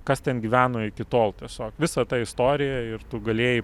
kas ten gyveno iki tol tiesiog visa ta istorija ir tu galėjai